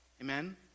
amen